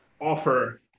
offer